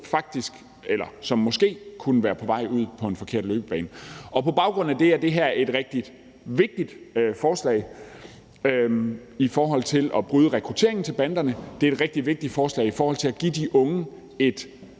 som måske kunne være på vej ud på en forkert løbebane. På baggrund af det er det her et rigtig vigtigt forslag i forhold til at bryde rekrutteringen til banderne. Det er et rigtig vigtigt forslag i forhold til at give de unge et